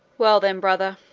well then, brother,